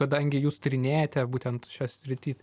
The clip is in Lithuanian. kadangi jūs tyrinėjate būtent šią sritį